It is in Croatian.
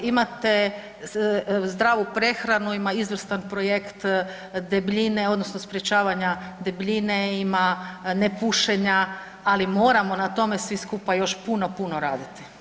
Imate zdravu prehranu, ima izvrstan projekt debljine, odnosno sprječavanja debljine, ima nepušenja ali moramo na tome svi skupa još puno, puno raditi.